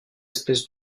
espèce